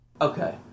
Okay